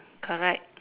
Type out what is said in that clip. correct